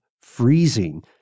freezing